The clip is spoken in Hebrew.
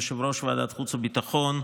יושב-ראש ועדת החוץ והביטחון,